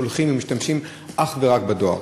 שולחים ומשתמשים אך ורק בדואר.